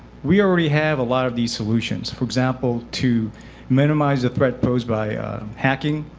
we already have a lot of these solutions. for example, to minimize threat posed by hacking,